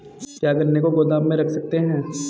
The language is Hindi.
क्या गन्ने को गोदाम में रख सकते हैं?